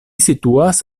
situas